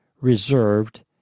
reserved